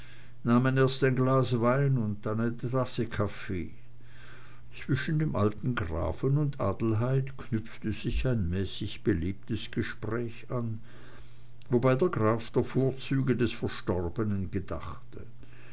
erst ein glas wein und dann eine tasse kaffee zwischen dem alten grafen und adelheid knüpfte sich ein mäßig belebtes gespräch an wobei der graf der vorzüge des verstorbenen gedachte